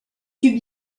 tube